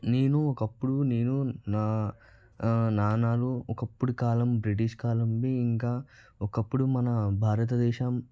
నేను ఒకప్పుడు నేను నా నాణాలు ఒకప్పుడు కాలం బ్రిటిష్ కాలానివి ఇంకా ఒకప్పుడు మన భారతదేశం